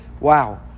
wow